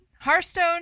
Hearthstone